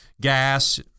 gas